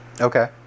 okay